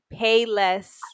Payless